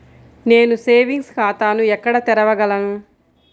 నేను సేవింగ్స్ ఖాతాను ఎక్కడ తెరవగలను?